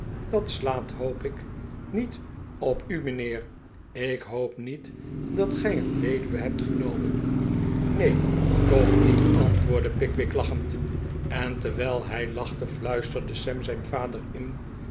dat slaat hoop ik niet op u mijnheer ik hoop niet dat gij een weduwe hebt genomen neen toch niet antwoordde pickwick lachend en terwijl hij lachte fluisterde sam zijn vader in